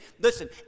Listen